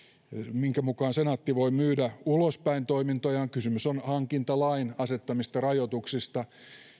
minkä mukaan senaatti voi myydä ulospäin toimintojaan kysymys on hankintalain asettamista rajoituksista